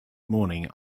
morning